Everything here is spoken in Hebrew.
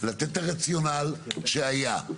לתת את הרציונל שהיה,